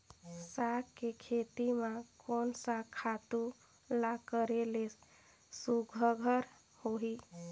साग के खेती म कोन स खातु ल करेले सुघ्घर होही?